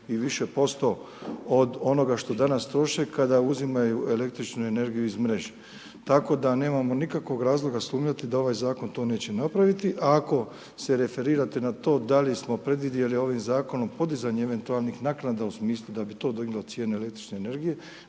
i više posto od onoga što danas troše kada uzimaju električnu energiju iz mreže. Tako da nemamo nikakvog razloga sumnjati da ovaj zakon to neće napraviti, ako se referirate na to da li smo predvidjeli ovim zakonom podizanje eventualnih naknada u smislu da bi to diglo cijene električne energije,